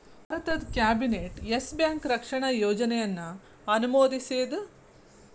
ಭಾರತದ್ cabinet Yes Bank ರಕ್ಷಣಾ ಯೋಜನೆಯನ್ನ ಅನುಮೋದಿಸೇದ್